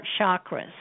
chakras